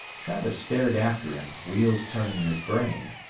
travis stared after him, wheels turning in his brain.